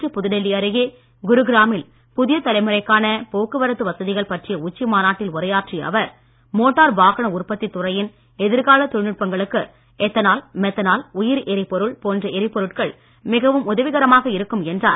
இன்று புதுடெல்லி அருகே குருகிராமில் புதிய தலைமுறைக்கான போக்குவரத்து வசதிகள் பற்றிய உச்சி மாநாட்டில் உரையாற்றிய அவர் மோட்டார் வாகன உற்பத்தி துறையின் எதிர்கால தொழில்நுட்பங்களுக்கு எத்தனால் மெத்தனால் உயிரி எரிபொருள் போன்ற எரிபொருட்கள் மிகவும் உதவிகரமாக இருக்கும் என்றார்